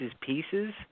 Pieces